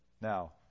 Now